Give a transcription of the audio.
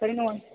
ತಲೆ ನೋವು